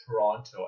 Toronto